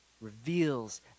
reveals